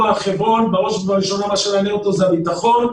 הר חברון בראש ובראשונה מעניין הביטחון,